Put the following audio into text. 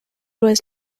was